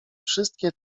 wszystkie